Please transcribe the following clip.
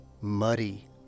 muddy